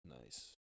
Nice